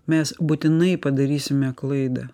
mes būtinai padarysime klaidą